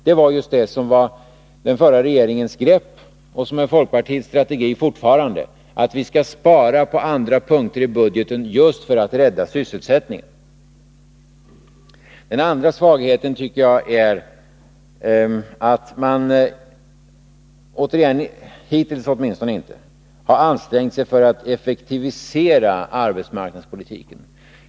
Det var just det som var den förra regeringens grepp och som är folkpartiets strategi fortfarande — att vi skall spara på andra punkter i budgeten just för att rädda sysselsättningen. Den andra svagheten tycker jag är att man i varje fall hittills inte ansträngt sig för att effektivisera arbetsmarknadspolitiken.